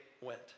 went